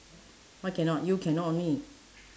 why cannot you cannot only